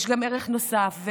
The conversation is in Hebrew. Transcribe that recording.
יש ערך נוסף,